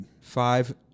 Five